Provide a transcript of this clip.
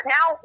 Now